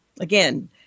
Again